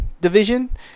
division